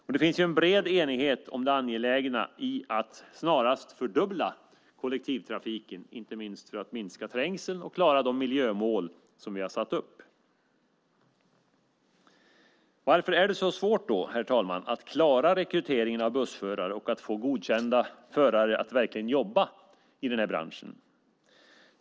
Och det finns ju en bred enighet om det angelägna i att snarast fördubbla kollektivtrafiken, inte minst för att minska trängseln och klara de miljömål som vi har satt upp. Herr talman! Varför är det då så svårt att klara rekryteringen av bussförare och att få godkända förare att verkligen jobba i branschen?